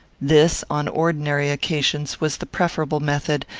this, on ordinary occasions, was the preferable method,